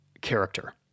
character